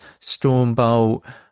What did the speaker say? Stormbolt